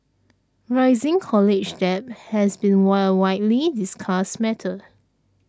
rising college debt has been wile widely discussed matter